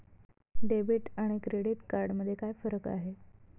Debit आणि credit card मध्ये काय फरक आहे?